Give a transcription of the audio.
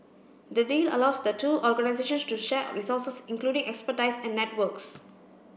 the deal allows the two organisations to share resources including expertise and networks